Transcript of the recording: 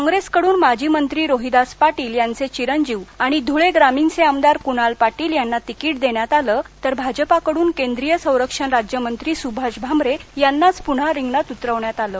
कॉप्रेसकडुन माजी मंत्री रोहीदास पाटील यांचे चिरंजीव आणि ध्ळे ग्रामीणचे आमदार कुणाल पाटील यांना तिकीट देण्यात आल आहे तर भाजपाकडुन केंद्रीय संरक्षण राज्यमंत्री सुभाष भामरे यांनाच पुन्हा रिंगणात उतरवण्यात आलं आहे